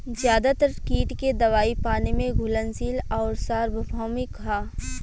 ज्यादातर कीट के दवाई पानी में घुलनशील आउर सार्वभौमिक ह?